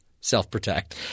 self-protect